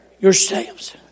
yourselves